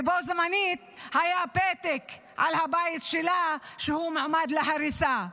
ובו זמנית היה פתק על הבית שלה שהוא מעמד להריסה.